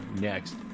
next